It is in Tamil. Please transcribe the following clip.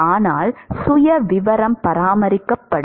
ஆனால் சுயவிவரம் பராமரிக்கப்படும்